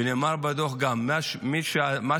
ונאמר בדוח שמה שעזר